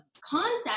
concept